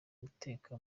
guteka